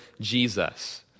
Jesus